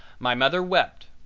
my mother wept,